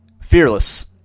fearless